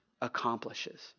accomplishes